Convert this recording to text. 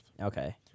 Okay